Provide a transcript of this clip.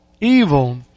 evil